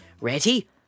Ready